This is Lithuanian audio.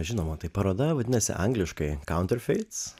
žinoma tai paroda vadinasi angliškai kaunterfeiz